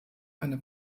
eine